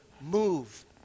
move